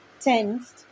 tensed